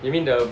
you mean the